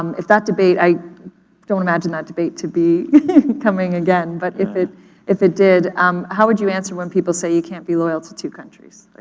um if that debate, i don't imagine that debate to be coming again but if it if it did um how would you answer when people say you can't be loyal to two countries,